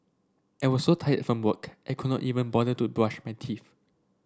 I was so tired from work I could not even bother to brush my teeth